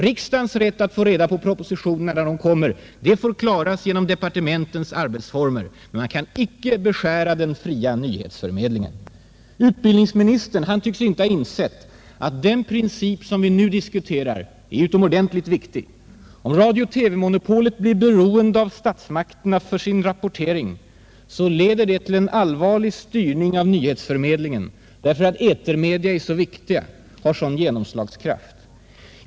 Riksdagens rätt att vara först att ta del av propositionerna när de kommer får klaras genom departementens arbetsformer. Men man kan inte beskära den fria nyhetsförmedlingen. Utbildningsministern tycks inte ha insett att den princip som vi nu diskuterar är oerhört viktig. Om radio-TV blir beroende av statsmakterna för sin rapportering, leder det till en allvarlig styrning av nyhetsförmedlingen, därför att etermedierna är så viktiga, har så stark genomslagskraft.